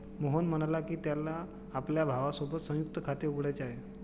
मोहन म्हणाला की, त्याला आपल्या भावासोबत संयुक्त खाते उघडायचे आहे